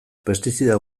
pestizida